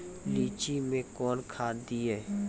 लीची मैं कौन खाद दिए?